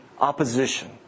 opposition